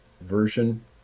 version